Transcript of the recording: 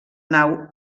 nau